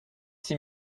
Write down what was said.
six